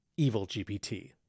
EvilGPT